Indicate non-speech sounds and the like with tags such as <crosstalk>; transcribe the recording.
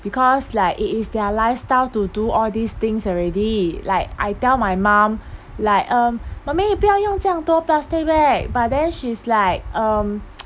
because like it is their lifestyle to do all these things already like I tell my mum like um mummy 不要用这样多 plastic bag but then she is like um <noise>